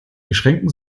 beschränken